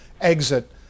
exit